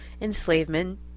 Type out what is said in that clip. enslavement